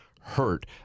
hurt